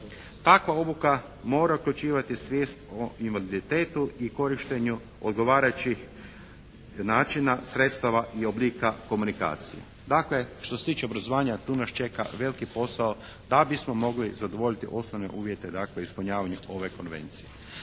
Takva obuka mora uključivati svijest o invaliditetu i korištenju odgovarajućih načina, sredstava i oblika komunikacije. Dakle, što se tiče obrazovanja tu nas čeka veliki posao da bismo mogli zadovoljiti osnovne uvjete dakle ispunjavanja ove Konvencije.